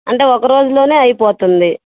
అంటే ఒక రోజులోనే అయిపోతుంది